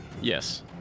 Yes